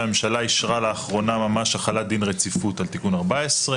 שהממשלה אישרה לאחרונה ממש החלת דין רציפות על תיקון 14,